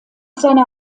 seiner